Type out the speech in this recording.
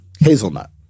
Hazelnut